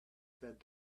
fed